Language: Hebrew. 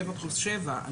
שבע פלוס שבע.